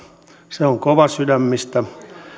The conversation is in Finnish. se on kovasydämistä